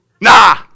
Nah